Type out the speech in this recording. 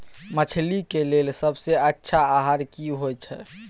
मछली के लेल सबसे अच्छा आहार की होय छै?